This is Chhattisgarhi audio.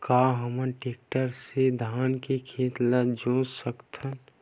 का हमन टेक्टर से धान के खेत ल जोत सकथन?